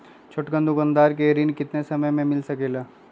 छोटकन दुकानदार के ऋण कितने समय मे मिल सकेला?